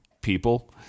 people